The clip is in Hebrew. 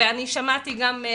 אני שמעתי גם את